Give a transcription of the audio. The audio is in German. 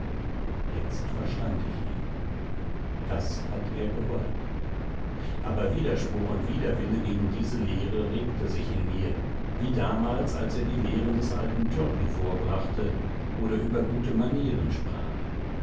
jetzt verstand ich ihn das hat er gewollt aber widerspruch und widerwille gegen diese lehre regte sich in mir wie damals als er die lehren des alten türken vorbrachte oder über gute manieren sprach